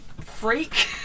freak